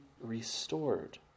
restored